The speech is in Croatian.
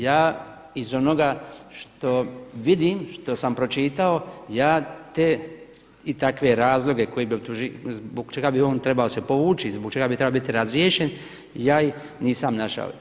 Ja iz onoga što vidim, što sam pročitao, ja te i takve razloge zbog čega bi on trebao se povući i zbog čega bi trebao biti razriješen, ja ih nisam našao.